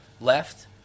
left